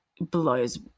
blows